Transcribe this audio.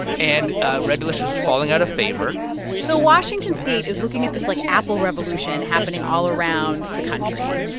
and red delicious is falling out of favor so washington state is looking at this, like, apple revolution happening all around the country.